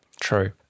True